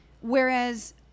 whereas